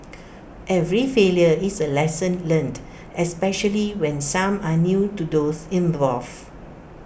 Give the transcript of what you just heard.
every failure is A lesson learnt especially when some are new to those involved